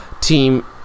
team